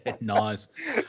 Nice